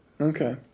Okay